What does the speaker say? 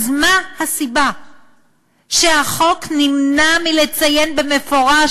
אז מה הסיבה שהחוק נמנע מלציין במפורש